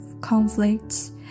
conflicts